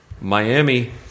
Miami